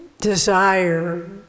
desire